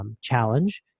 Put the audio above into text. challenge